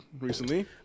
recently